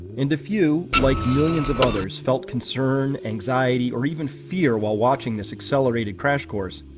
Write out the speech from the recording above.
and if you, like millions of others, felt concern, anxiety or even fear while watching this accelerated crash course,